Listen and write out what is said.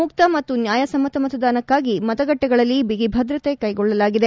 ಮುಕ್ತ ಮತ್ತು ನ್ಯಾಯಸಮ್ಮತ ಮತದಾನಕ್ಲಾಗಿ ಮತಗಟ್ಟಿಗಳಲ್ಲಿ ಬಿಗಿಭದ್ರತೆ ಕೈಗೊಳ್ಳಲಾಗಿದೆ